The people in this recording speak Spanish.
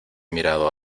mirado